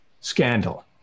scandal